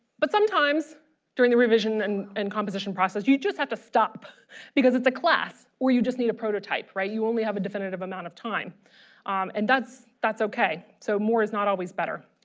but sometimes during the revision and in composition process you you just have to stop because it's a class or you just need a prototype right you only have a definitive amount of time and that's that's okay so more is not always better.